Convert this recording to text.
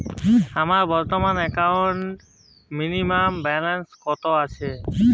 আমার বর্তমান একাউন্টে মিনিমাম ব্যালেন্স কত আছে?